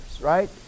right